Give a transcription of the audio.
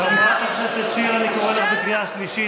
חברת הכנסת שיר, אני קורא אותך לסדר קריאה השנייה.